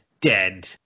dead